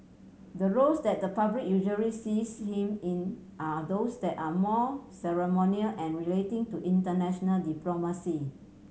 the roles that the public usually sees him in are those that are more ceremonial and relating to international diplomacy